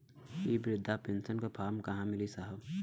इ बृधा पेनसन का फर्म कहाँ मिली साहब?